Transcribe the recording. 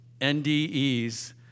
NDEs